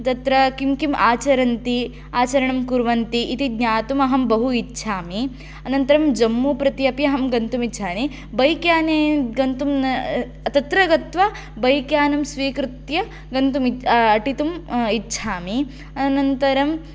तत्र किं किं आचरन्ति आचरणं कुर्वन्ति इति ज्ञातुं अहं बहु इच्छामि अनन्तरं जम्मू प्रति अपि अहं गन्तुं इच्छामि बैक् याने गन्तुं न तत्र गत्वा बैक् यानं स्वीकृत्य गन्तुमि अटितुं इच्छामि अनन्तरं